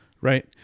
Right